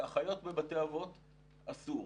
לאחיות בבתי האבות אסור.